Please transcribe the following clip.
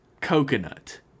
coconut